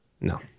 No